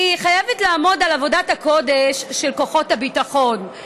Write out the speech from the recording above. אני חייבת לעמוד על עבודת הקודש של כוחות הביטחון,